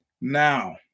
Now